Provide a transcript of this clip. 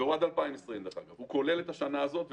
והוא עד 2020. הוא כולל את השנה הזאת,